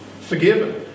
forgiven